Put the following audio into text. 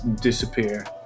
disappear